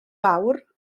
fawr